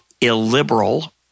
Illiberal